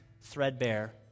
threadbare